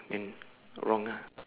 then wrong ah